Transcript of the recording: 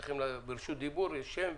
צריך רשות דיבור עם שם.